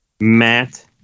Matt